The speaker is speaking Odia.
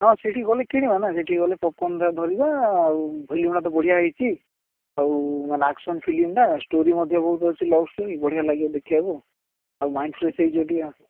ହଁ ସେଇଠିକି ଗଲେ କିଣିବାନା ସେଇଠିକି ଗଲେ ପପକର୍ଣ୍ଣ ଦୁଇଟା ଧରିବା ଆଉ ଫିଲ୍ମ୍ଟା ତ ବଢ଼ିଆ ହେଇଛି ଆଉ ମାନେ ଆକ୍ସନ୍ ଫିଲ୍ମ୍ଟା ଷ୍ଟୋରୀ ମଧ୍ୟ ବହୁତ ଅଛି ଲଭ୍ଷ୍ଟୋରୀ ବଢ଼ିଆ ଲାଗିବ ଦେଖିଆକୁ ଆଉ ମାଇଣ୍ଡ୍ ଫ୍ରେସ୍ ହେଇଯିବ ଟିକିଏ